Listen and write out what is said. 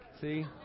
See